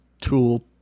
tool